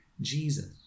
Jesus